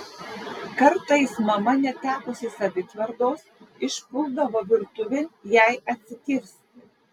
kartais mama netekusi savitvardos išpuldavo virtuvėn jai atsikirsti